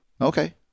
Okay